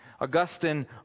augustine